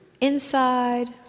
Inside